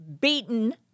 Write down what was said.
beaten